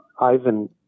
Ivan